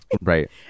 Right